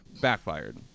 backfired